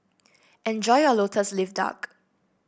enjoy your lotus leaf duck